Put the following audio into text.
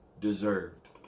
deserved